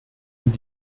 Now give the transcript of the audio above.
und